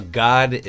god